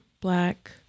black